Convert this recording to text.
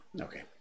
Okay